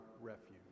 refuge